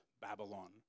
Babylon